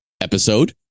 episode